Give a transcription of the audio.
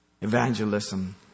Evangelism